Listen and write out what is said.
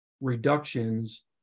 reductions